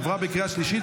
עברה בקריאה השלישית,